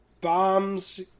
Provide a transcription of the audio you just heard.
bombs